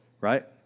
right